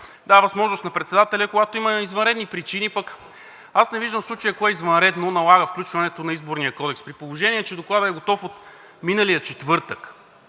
дава възможност на председателя, когато има извънредни причини – пък не виждам в случая кое извънредно налага включването на Изборния кодекс?! При положение, че Докладът е готов от миналия четвъртък